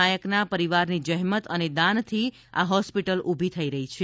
નાયકના પરિવારની જેેમત અને દાનથી આ હોસ્પિટલ ઊભી થઈ રહી છે